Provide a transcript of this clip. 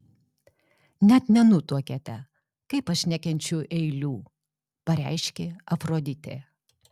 net nenutuokiate kaip aš nekenčiu eilių pareiškė afroditė